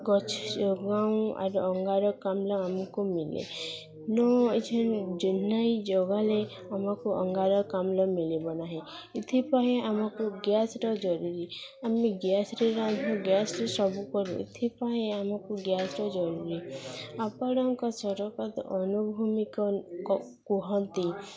ଗଛ ଯୋଗାଉ ଆର୍ ଅଙ୍ଗାରକାମ୍ଳ ଆମକୁ ମିଲେ ନ ଏଛନ୍ ଜେନାଇ ଯୋଗାଲେ ଆମକୁ ଅଙ୍ଗାରକାମ୍ଳ ମିଳିବ ନାହିଁ ଏଥିପାଇଁ ଆମକୁ ଗ୍ୟାସର ଜରୁରୀ ଆମେ ଗ୍ୟାସରେ ରାନ୍ଧୁ ଗ୍ୟାସରେ ସବୁ କରୁ ଏଥିପାଇଁ ଆମକୁ ଗ୍ୟାସର ଜରୁରୀ ଆପଣଙ୍କ ସରକାର ଅନୁଭୂମିକ କୁହନ୍ତି